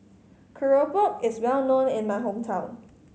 keropok is well known in my hometown